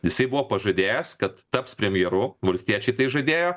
jisai buvo pažadėjęs kad taps premjeru valstiečiai žadėjo